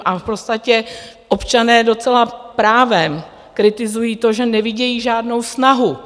A v podstatě občané docela právem kritizují to, že nevidí žádnou snahu.